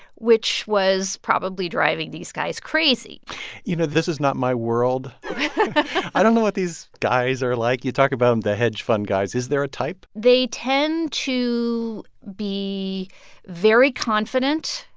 which was probably driving these guys crazy you know, this is not my world i don't know what these guys are like. you talk about the hedge fund guys. is there a type? they tend to be very confident